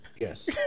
Yes